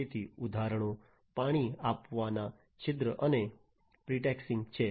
તેથી ઉદાહરણો પાણી આપવાના છિદ્ર અને પ્રીટેક્સટિંગ છે